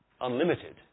unlimited